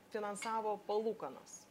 finansavo palūkanas